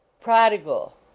Prodigal